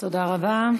תודה רבה.